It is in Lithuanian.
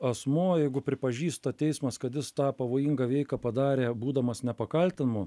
asmuo jeigu pripažįsta teismas kad jis tą pavojingą veiką padarė būdamas nepakaltinamu